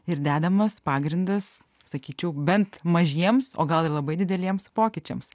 ir dedamas pagrindas sakyčiau bent mažiems o gal ir labai dideliems pokyčiams